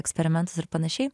eksperimentus ir panašiai